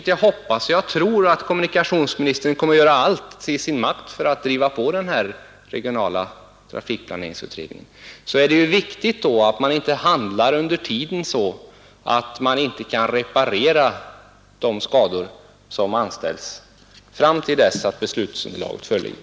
Jag tror att kommunikationsministern kommer att göra allt som står i hans makt för att driva på den regionala trafikplaneringen, men då är det viktigt att man inte under tiden handlar så att det inte går att reparera de skador, som anställs fram till dess att beslutsunderlaget föreligger.